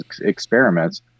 experiments